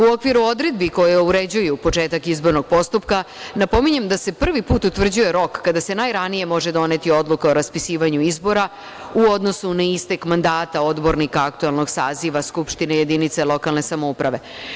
U okviru odredbi koje određuju početak izbornog postupka napominjem da se prvi put utvrđuje rok kada se najranije može doneti odluka o raspisivanju izbora u odnosu na istek mandata odbornika aktuelnog saziva skupštine jedinice lokalne samouprave.